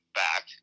back